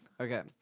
Okay